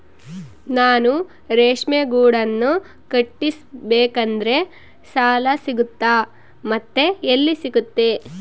ನಾನು ರೇಷ್ಮೆ ಗೂಡನ್ನು ಕಟ್ಟಿಸ್ಬೇಕಂದ್ರೆ ಸಾಲ ಸಿಗುತ್ತಾ ಮತ್ತೆ ಎಲ್ಲಿ ಸಿಗುತ್ತೆ?